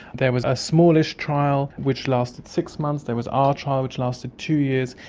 there was a smallish trial which lasted six months, there was our trial which lasted two years,